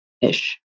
ish